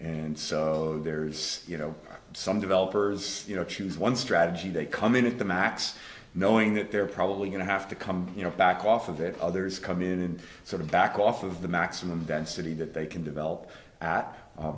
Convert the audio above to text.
and so there's you know some developers you know choose one strategy they come into my that's knowing that they're probably going to have to come you know back off of it others come in and sort of back off of the maximum density that they can develop at